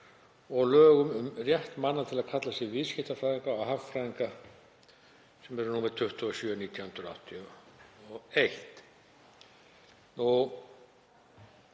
og laga um rétt manna til að kalla sig viðskiptafræðinga og hagfræðinga sem eru nr. 27/1981.